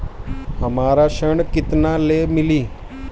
हमरा ऋण केतना ले मिली?